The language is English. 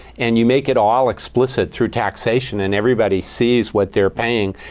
and you make it all explicit through taxation, and everybody sees what they're paying,